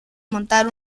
montar